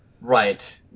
Right